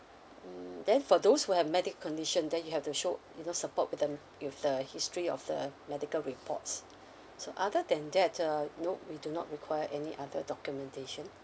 mm then for those who have medic condition then you have to show you know support with the with the history of the medical reports so other than that uh nope we do not require any other documentation